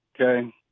okay